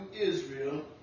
Israel